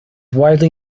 widely